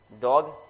dog